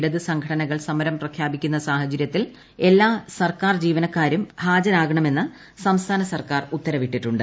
ഇടതുസംഘടനകൾ സമരം പ്രഖ്യാപിച്ചിരിക്കുന്ന സാഹചര്യത്തിൽ എല്ലാ സർക്കാർ ജീവനക്കാരും ഇന്ന് ഹാജരാകണമെന്ന് സംസ്ഥാന സർക്കാർ ഉത്തരവിട്ടിട്ടുണ്ട്